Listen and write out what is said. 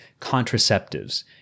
contraceptives